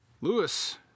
Lewis